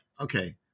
Okay